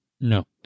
No